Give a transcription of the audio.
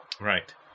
Right